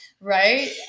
right